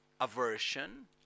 aversion